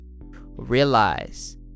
realize